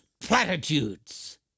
platitudes